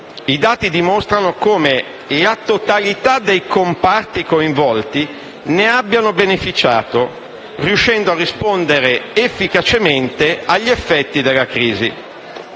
i dati dimostrano come la totalità dei comparti coinvolti ne abbia beneficiato, riuscendo a rispondere efficacemente agli effetti della crisi.